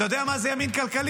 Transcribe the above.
אתה יודע מה זה ימין כלכלי?